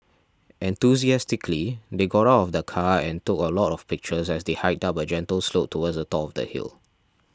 enthusiastically they got of the car and took a lot of pictures as they hiked up a gentle slope towards the top the hill